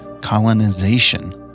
colonization